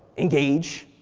engage,